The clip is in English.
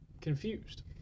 confused